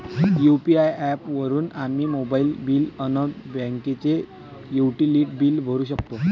UPI app वापरून आम्ही mobile bill अन बाकीचे युटिलिटी बिल भरू शकतो